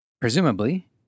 Presumably